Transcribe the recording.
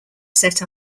set